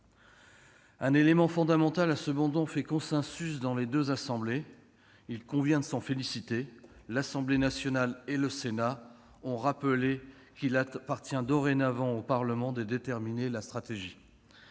Un élément fondamental a cependant fait consensus dans les deux assemblées, il convient de s'en féliciter : l'Assemblée nationale et le Sénat ont rappelé qu'il appartient dorénavant au Parlement de déterminer la stratégie.